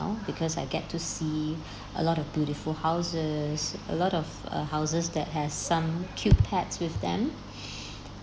because I get to see a lot of beautiful houses a lot of uh houses that has some cute pets with them